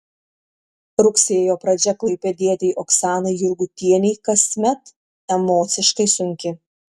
rugsėjo pradžia klaipėdietei oksanai jurgutienei kasmet emociškai sunki